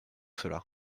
cela